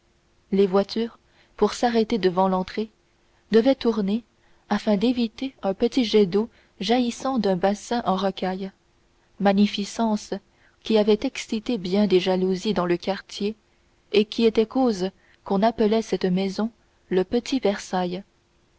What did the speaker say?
les voitures pour s'arrêter devant l'entrée devaient tourner afin d'éviter un petit jet d'eau jaillissant d'un bassin en rocaille magnificence qui avait excité bien des jalousies dans le quartier et qui était cause qu'on appelait cette maison le petit versailles